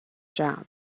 job